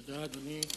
תודה, אדוני.